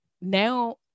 now